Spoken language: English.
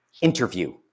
interview